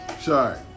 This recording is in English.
sorry